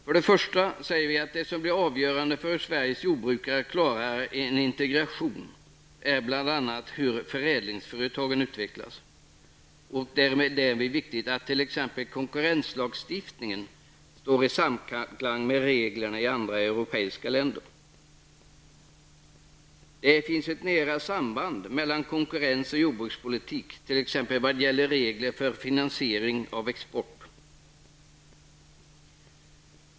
Där uttalar vi: ''Det som blir avgörande för hur Sveriges jordbrukare klarar en integration är bl.a. hur förädlingsföretagen utvecklas. Det är därvid viktigt att t.ex. konkurrenslagstiftningen står i samklang med reglerna i andra europeiska länder. Det finns ett nära samband mellan konkurrens och jordbrukspolitik, t.ex. vad gäller regler för och finansiering av export.''